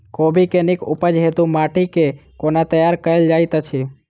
कोबी केँ नीक उपज हेतु माटि केँ कोना तैयार कएल जाइत अछि?